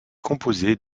composé